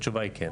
התשובה היא כן.